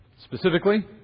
Specifically